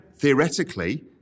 Theoretically